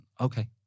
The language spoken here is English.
okay